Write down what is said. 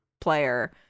player